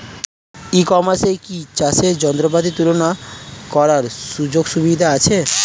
ই কমার্সে কি চাষের যন্ত্রপাতি তুলনা করার সুযোগ সুবিধা আছে?